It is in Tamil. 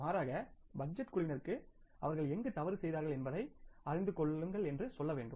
மாறாக பட்ஜெட் குழுவினருக்கு அவர்கள் எங்கு தவறு செய்தார்கள் என்பதை அறிந்து கொள்ளுங்கள் என்று சொல்ல வேண்டும்